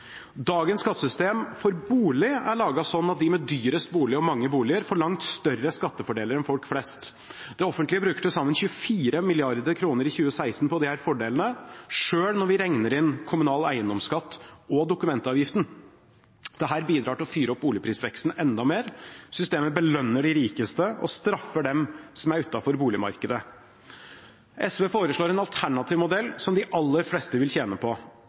Dagens skattesystem for bolig er laget sånn at de med dyrest bolig og mange boliger får langt større skattefordeler enn folk flest. Det offentlige bruker til sammen 24 mrd. kr i 2016 på disse fordelene, selv når vi regner inn kommunal eiendomsskatt og dokumentavgiften. Dette bidrar til å fyre opp boligprisveksten enda mer. Systemet belønner de rikeste og straffer dem som er utenfor boligmarkedet. SV foreslår en alternativ modell som de aller fleste vil tjene på.